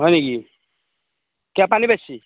হয় নেকি কিয় পানী বেছি